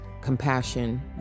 Compassion